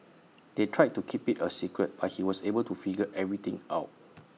they tried to keep IT A secret but he was able to figure everything out